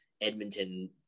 Edmonton